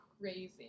crazy